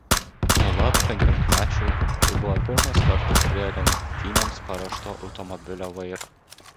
juolab penkiolikmečiui tai buvo pirmas kartas prie lenktynėms paruošto automobilio vairo